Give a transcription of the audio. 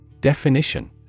Definition